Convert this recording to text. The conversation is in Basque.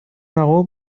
nago